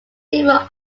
differ